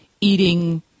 eating